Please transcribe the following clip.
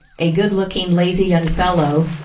a good-looking, lazy young fellow,